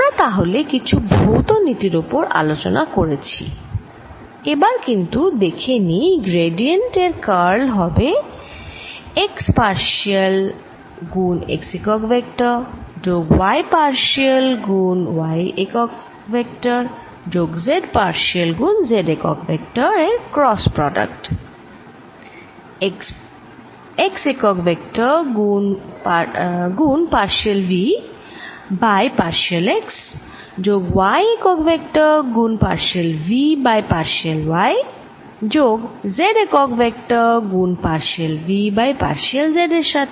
আমরা তাহলে কিছু ভৌত নীতির ওপর আলোচনা করেছি এবার কিন্তু দেখে নিই গ্র্যাডিয়েন্ট এর কার্ল হবে x পার্শিয়াল গুণ x একক ভেক্টর যোগ y পার্শিয়াল গুণ y একক ভেক্টর যোগ z পার্শিয়াল গুণ z একক ভেক্টর এর ক্রস প্রোডাক্ট x একক ভেক্টর গুণ partial v by partial x যোগ y একক ভেক্টর গুণ partial v by partial y যোগ z একক ভেক্টর গুণ partial v by partial z এর সাথে